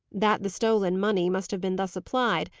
that the stolen money must have been thus applied,